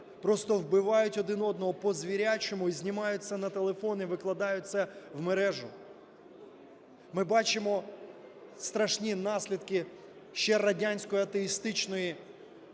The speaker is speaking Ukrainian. просто вбивають один одного по звірячому і знімають це на телефони, викладають це в мережу. Ми бачимо страшні наслідки ще радянської атеїстичної